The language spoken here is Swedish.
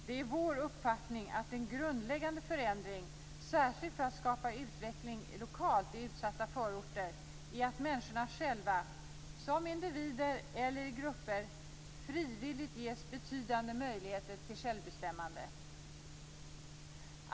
Det är vår uppfattning att det krävs en grundläggande förändring, särskilt för att skapa utveckling lokalt i utsatta förorter, där människorna själva, som individer eller i grupper, frivilligt ges betydande möjligheter till självbestämmande.